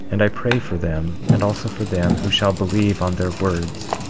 and i pray for them, and also for them who shall believe on their words,